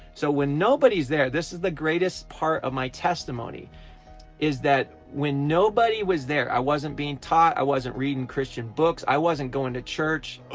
so when nobody's there, this is the greatest part of my testimony is that when nobody was there, i wasn't being taught, i wasn't reading christian books, i wasn't going to church,